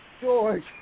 George